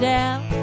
down